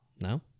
No